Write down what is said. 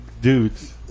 dudes